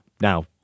Now